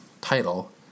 title